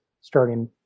starting